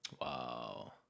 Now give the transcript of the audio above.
Wow